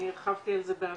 אני הרחבתי על זה בעבר.